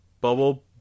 bubble